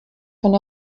von